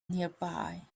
nearby